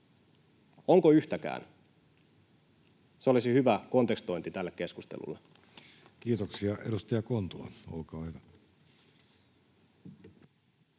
Onko yhtäkään? Se olisi hyvä kontekstointi tälle keskustelulle. Kiitoksia. — Edustaja Kontula, olkaa hyvä.